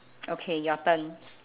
okay your turn